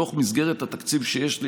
בתוך מסגרת התקציב שיש לי,